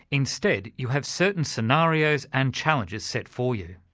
instead, you have certain scenarios and challenges set for you.